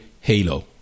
Halo